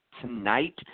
tonight